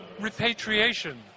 repatriation